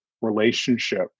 relationship